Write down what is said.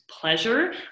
pleasure